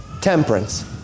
temperance